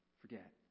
forget